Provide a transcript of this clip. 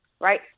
right